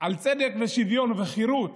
על צדק ושוויון וחירות